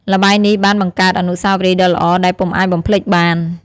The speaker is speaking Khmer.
ល្បែងនេះបានបង្កើតអនុស្សាវរីយ៍ដ៏ល្អដែលពុំអាចបំភ្លេចបាន។